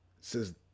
says